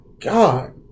God